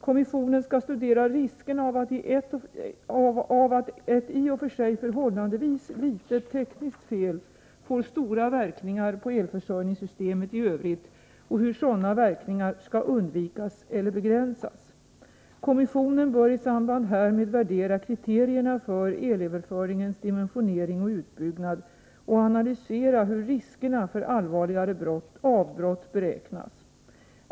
Kommissionen skall studera riskerna för att ett i och för sig förhållandevis litet tekniskt fel får stora verkningar på elförsörjningssystemet i övrigt och hur sådana verkningar skall undvikas eller begränsas. Kommissionen bör i samband härmed värdera kriterierna för elöverföringens dimensionering och utbyggnad och analysera hur riskerna för allvarligare avbrott beräknas.